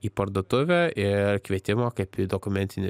į parduotuvę ir kvietimo kaip į dokumentinį